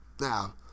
Now